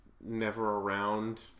never-around